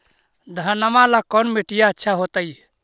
घनमा ला कौन मिट्टियां अच्छा होतई?